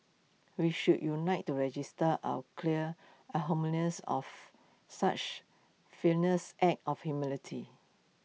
we should unite to register our clear of such failures act of humanity